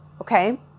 Okay